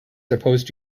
supposed